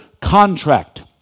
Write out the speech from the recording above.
contract